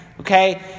Okay